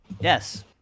Yes